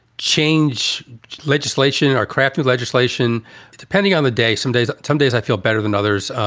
change legislation or craft new legislation depending on the day. some days, some days i feel better than others.